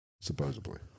Supposedly